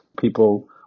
People